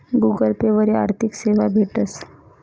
Google Pay वरी आर्थिक सेवा भेटस